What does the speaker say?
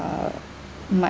uh much